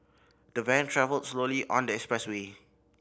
the van travelled slowly on the expressway